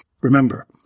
Remember